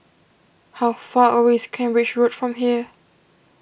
how far away is Cambridge Road from here